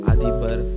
Adibar